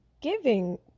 giving